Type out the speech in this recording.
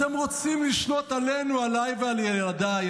אתם רוצים לשלוט עלינו, עליי ועל ילדיי.